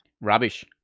rubbish